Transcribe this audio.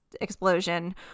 explosion